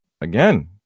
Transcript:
again